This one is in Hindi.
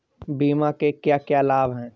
बीमा के क्या क्या लाभ हैं?